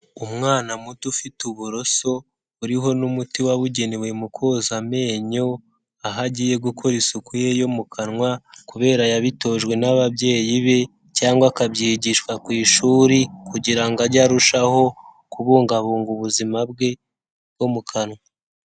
Umwana muto ufite uburoso, uriho n'umuti wabugenewe mu koza amenyo, aho agiye gukora isuku ye yo mu kanwa, kubera yabitojwe n'ababyeyi be, cyangwa akabyigishwa ku ishuri, kugira ngo ajye arushaho kubungabunga ubuzima bwe bwo mu kanwa.